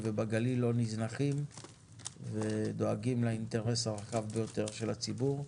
ובגליל לא נזנחים ודואגים לאינטרס הרחב ביותר של הציבור.